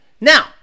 Now